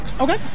Okay